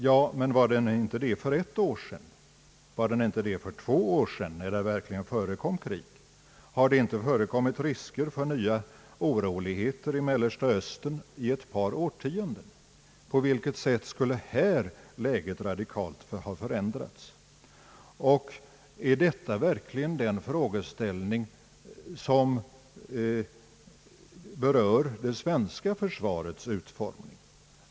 — Ja, men var den inte det för ett år sedan, var den inte det för två år sedan när det verkligen förekom krig? Har det inte funnits risker för nya oroligheter i Mellersta Östern i ett par årtionden? På vilket sätt skulle läget radikalt ha för ändrats? Är detta verkligen en frågeställning som berör det svenska försvarets utformning?